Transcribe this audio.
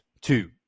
two